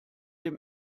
dem